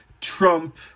Trump